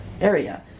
area